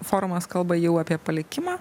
forumas kalba jau apie palikimą